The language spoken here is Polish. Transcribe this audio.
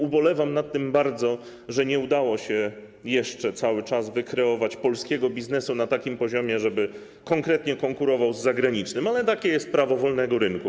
Ubolewam nad tym bardzo, że jeszcze cały czas nie udało się wykreować polskiego biznesu na takim poziomie, żeby konkretnie konkurował z zagranicznym, ale takie jest prawo wolnego rynku.